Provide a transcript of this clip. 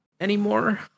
Anymore